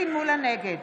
נגד